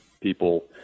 people –